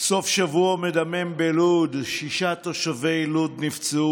סוף שבוע מדמם בלוד: שישה תושבי לוד נפצעו